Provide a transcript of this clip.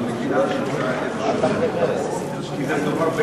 המדינה תמצא איזה פתרון?